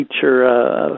feature